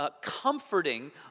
comforting